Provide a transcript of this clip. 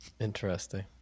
interesting